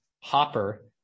Hopper